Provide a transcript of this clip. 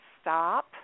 stop